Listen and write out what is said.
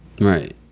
Right